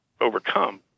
overcome